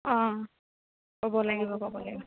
অঁ ক'ব লাগিব ক'ব লাগিব